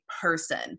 person